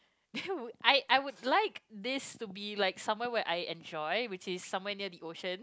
I I would like this to be like somewhere where I enjoy which is somewhere near the ocean